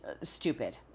stupid